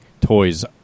toys